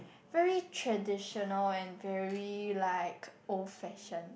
very traditional and very like old fashioned